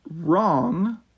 wrong